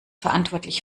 verantwortlich